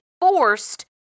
forced